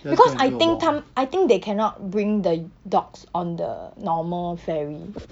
because I think 他 I think they cannot bring the dogs on the normal ferry